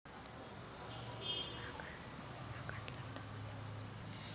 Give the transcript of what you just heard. बिमा काढला त मले कोनचा फायदा होईन?